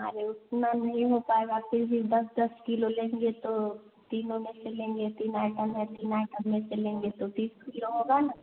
अरे उतना नहीं हो पाएगा फिर भी दस दस किलो लेंगे तो तीनों में से लेंगे तीन आइटम हैं तीन आइटम में से लेंगे तो तीस किलो होगा ना